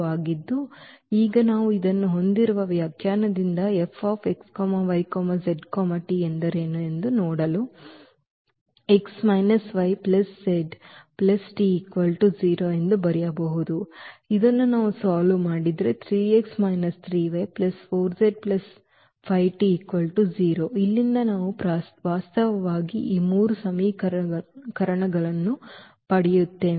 ಆಗಿದ್ದು ಈಗ ಈಗ ನಾವು ಇದನ್ನು ಹೊಂದಿರುವ ವ್ಯಾಖ್ಯಾನದಿಂದ F x y z t ಎಂದರೇನು ಎಂದು ನೋಡಲು ಇಲ್ಲಿಂದ ನಾವು ವಾಸ್ತವವಾಗಿ ಈ 3 ಸಮೀಕರಣಗಳನ್ನು ಪಡೆಯುತ್ತೇವೆ